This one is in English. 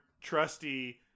trusty